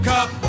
Cup